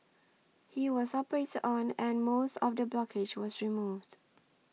he was operated on and most of the blockage was removed